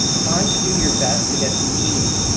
trying to do your best to get meaning,